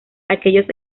aquellos